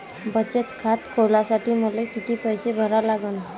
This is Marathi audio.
बचत खात खोलासाठी मले किती पैसे भरा लागन?